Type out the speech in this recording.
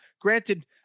granted